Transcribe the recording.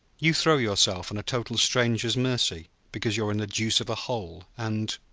you throw yourself on a total stranger's mercy because you're in the deuce of a hole and?